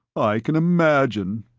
i can imagine.